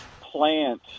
plant